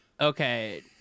Okay